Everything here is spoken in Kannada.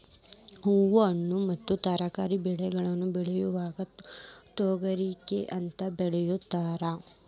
ಹೂ, ಹಣ್ಣು ಮತ್ತ ತರಕಾರಿ ಬೆಳೆಗಳನ್ನ ಬೆಳಿಯೋದಕ್ಕ ತೋಟಗಾರಿಕೆ ಅಂತ ಕರೇತಾರ